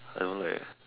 I don't like eh